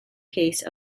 case